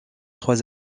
trois